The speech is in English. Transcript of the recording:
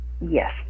Yes